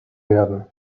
werden